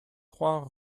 trois